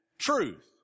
truth